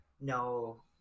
no